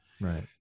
Right